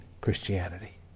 Christianity